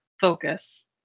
focus